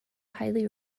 highly